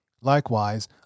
Likewise